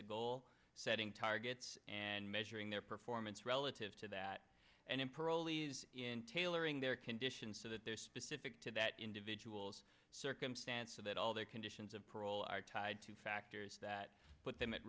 a goal setting targets and measuring their performance relative to that and in parolees in tailoring their condition so that their specific to that individual's circumstances that all their conditions of parole are tied to factors that put them at